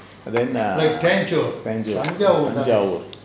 then err